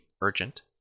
urgent